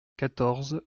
quatorze